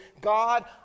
God